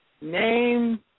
name